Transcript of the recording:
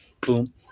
boom